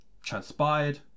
transpired